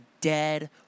dead